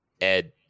Ed